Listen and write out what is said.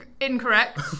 Incorrect